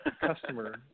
customer